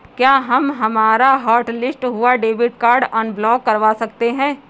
क्या हम हमारा हॉटलिस्ट हुआ डेबिट कार्ड अनब्लॉक करवा सकते हैं?